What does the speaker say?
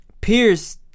Pierce